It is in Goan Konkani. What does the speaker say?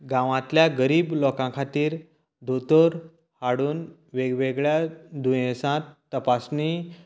गावांतल्या गरीब लोकां खातीर दोतोर हाडून वेगवेगळ्या दुयेसां तपासणी